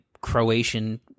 Croatian